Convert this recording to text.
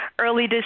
early